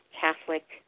Catholic